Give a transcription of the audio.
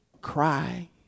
cry